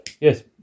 Yes